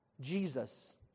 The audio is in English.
Jesus